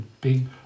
big